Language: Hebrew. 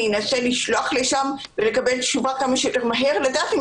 אני אנסה לשלוח לשם ולקבל תשובה כמה שיותר מהר כדי לדעת אם